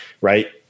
right